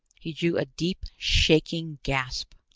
he drew a deep, shaking gasp.